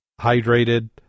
hydrated